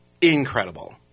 incredible